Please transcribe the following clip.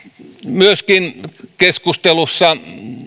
keskustelussa